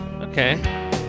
Okay